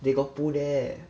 they got pool there